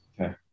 Okay